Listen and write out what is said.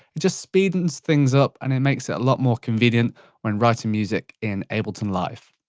it just speeds things up and it makes it a lot more convenient when writing music in ableton live.